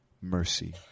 mercy